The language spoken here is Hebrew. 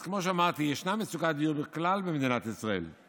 אז כמו שאמרתי, יש מצוקת דיור בכלל מדינת ישראל,